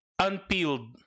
Unpeeled